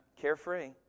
carefree